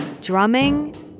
drumming